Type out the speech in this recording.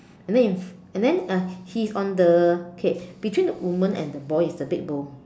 and then if and then uh he's on the okay between the woman and the boy is the big bowl